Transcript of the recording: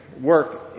work